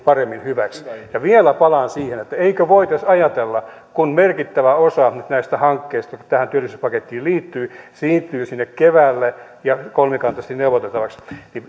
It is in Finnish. paremmin hyväksi vielä palaan siihen eikö voitaisi ajatella kun merkittävä osa näistä hankkeista joita tähän työllisyyspakettiin liittyy siirtyy sinne keväälle ja kolmikantaisesti neuvoteltavaksi